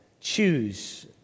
choose